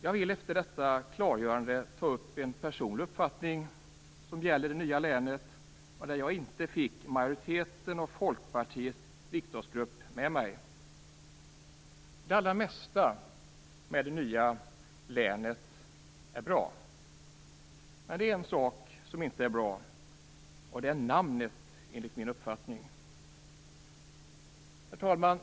Jag vill efter detta klargörande ta upp en personlig uppfattning som gäller det nya länet där jag inte fick majoriteten av Folkpartiets riksdagsgrupp med mig. Det allra mesta med det nya länet är bra. Men det är en sak som inte är bra, och det är enligt min uppfattning namnet. Herr talman!